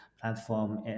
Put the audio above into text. platform